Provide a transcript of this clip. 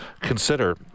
Consider